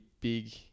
big